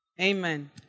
Amen